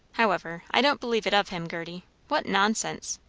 however, i don't believe it of him, gerty. what nonsense!